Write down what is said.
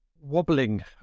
Wobbling